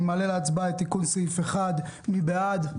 אני מעלה להצבעה את תיקון סעיף 1. מי בעד,